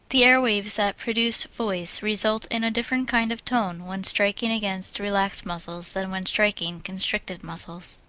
the air waves that produce voice result in a different kind of tone when striking against relaxed muscles than when striking constricted muscles.